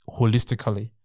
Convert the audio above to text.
holistically